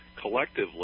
collectively